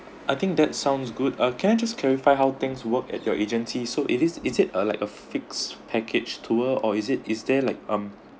I think that sounds good uh can I just clarify how things work at your agency so it is is it uh like a fixed package tour or is it is there like um